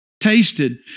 tasted